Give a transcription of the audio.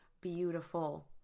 beautiful